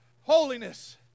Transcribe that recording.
holiness